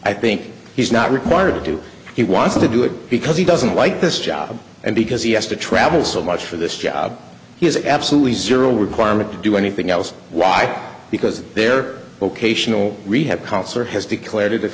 i think he's not required to do he wants to do it because he doesn't like this job and because he has to travel so much for this job he has absolutely zero requirement to do anything else why because there locational rehab concer has declared